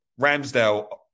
Ramsdale